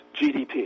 GDP